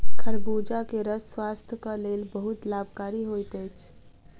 खरबूजा के रस स्वास्थक लेल बहुत लाभकारी होइत अछि